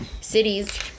Cities